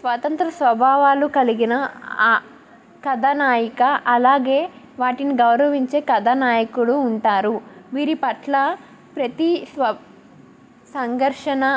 స్వతంత్ర స్వభావాలు కలిగిన ఆ కథానాయక అలాగే వాటిని గౌరవించే కథానాయకుడు ఉంటారు వీరి పట్ల ప్రతి స్వ సంఘర్షణ